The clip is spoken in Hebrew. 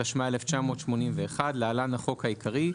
התשמ"א 1981‏ (להלן החוק העיקרי),